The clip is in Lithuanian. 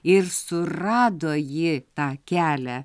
ir surado ji tą kelią